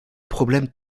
problèmes